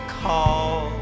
call